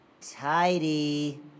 Tidy